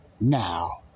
Now